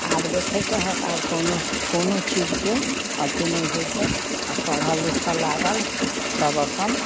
आब देखैत छहक आब कोनो कोनो चीजके अथी नहि होइत छै आब पढ़ऽ लिखऽ लागल सब अपन